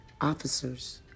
officers